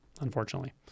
unfortunately